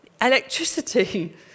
electricity